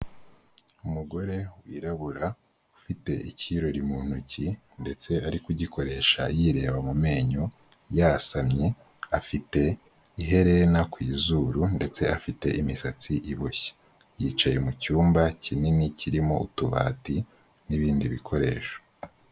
Umugore wirabura ufite ikirori mu ntoki ndetse ari kugikoresha yireba mu menyo yasamye, afite iherena ku izuru ndetse afite imisatsi iboshye. Yicaye mu cyumba kinini kirimo utubati n'ibindi bikoresho.